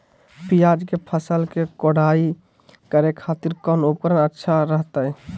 प्याज के फसल के कोढ़ाई करे खातिर कौन उपकरण अच्छा रहतय?